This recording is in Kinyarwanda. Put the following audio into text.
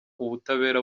ubutabera